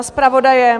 Zpravodaje?